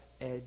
edge